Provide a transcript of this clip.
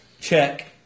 check